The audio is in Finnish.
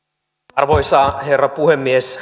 arvoisa herra puhemies